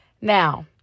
Now